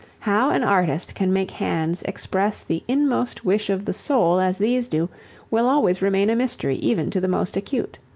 how an artist can make hands express the inmost wish of the soul as these do will always remain a mystery even to the most acute.